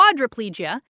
quadriplegia